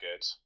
good